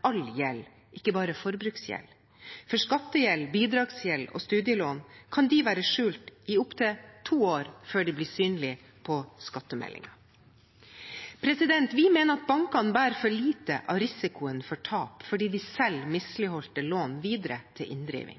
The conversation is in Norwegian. all gjeld, ikke bare forbruksgjeld, for skattegjeld, bidragsgjeld og studielån kan være skjult i opptil to år før de blir synlig på skattemeldingen. Vi mener at bankene bærer for lite av risikoen for tap fordi de selger misligholdte lån videre til inndriving.